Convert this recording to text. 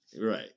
Right